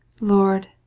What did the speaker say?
Lord